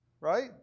right